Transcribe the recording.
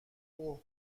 اوه